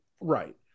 Right